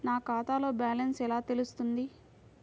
నా ఖాతాలో బ్యాలెన్స్ ఎలా తెలుస్తుంది?